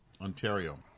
Ontario